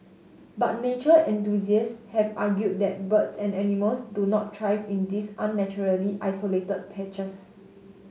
but nature enthusiast have argued that birds and animals do not thrive in these unnaturally isolated patches